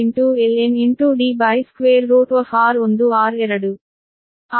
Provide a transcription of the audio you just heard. ಆದ್ದರಿಂದ ಇದು ಸರಳೀಕರಣವಾಗಿದೆ